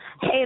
Hey